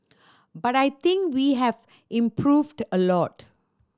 but I think we have improved a lot